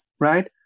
right